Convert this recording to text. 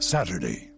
Saturday